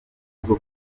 bwo